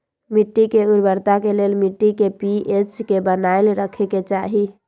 मिट्टी के उर्वरता के लेल मिट्टी के पी.एच के बनाएल रखे के चाहि